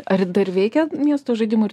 ar dar veikia miesto žaidimų